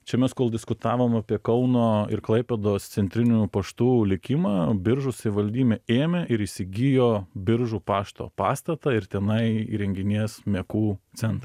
čia mes kol diskutavom apie kauno ir klaipėdos centrinių paštų likimą biržų savivaldymė ėmė ir įsigijo biržų pašto pastatą ir tenai įrenginės mekų centrą